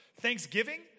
Thanksgiving